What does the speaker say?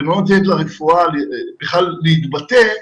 ולא נותנת לרפואה בכלל להתבטא,